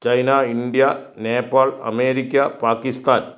China India Nepal America Pakistan